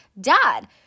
dad